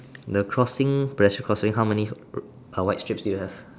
the crossing pedestrian crossing how many white stripes do you have